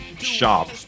shop